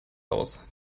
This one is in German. aus